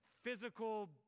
Physical